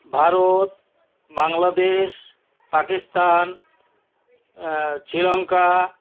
Bharat Bangladesh Pakistan Sri Lanka